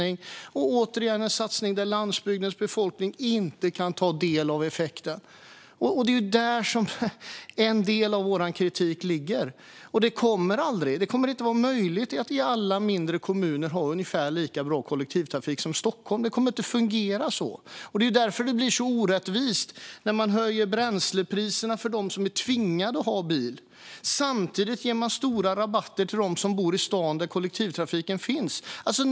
Återigen: Det har varit en satsning där landsbygdens befolkning inte kan ta del av effekten. Det är där som en del av vår kritik ligger. Det kommer inte att vara möjligt att i alla mindre kommuner ha ungefär lika bra kollektivtrafik som i Stockholm. Det kommer inte att fungera så. Det är därför det blir så orättvist när man höjer bränslepriserna för dem som är tvingade att ha bil. Samtidigt ger man stora rabatter till dem som bor i städer, där kollektivtrafiken finns.